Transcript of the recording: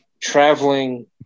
traveling